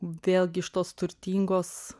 vėlgi iš tos turtingos